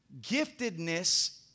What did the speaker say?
Giftedness